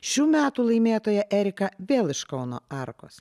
šių metų laimėtoją erika vėl iš kauno arkos